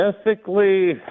Ethically